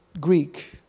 Greek